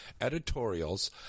editorials